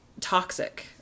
toxic